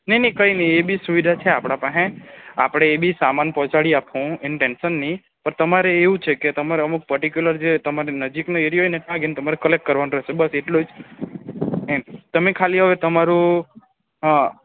નહીં નહીં કંઈ નહીં એ બી સુવિધા છે આપણા પાસે આપણે એ બી સામાન પહોંચાડી આપીશું એનું ટેન્શન નહીં પણ તમારે એવું છે કે તમારે અમુક પર્ટિક્યુલર જે તમારી નજીકનો એરિયા હોય ને ત્યાં જઈને તમારે કલેક્ટ કરવાનું રહેશે બસ એટલું એમ તમે ખાલી હવે તમારું હ